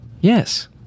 yes